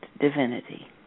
divinity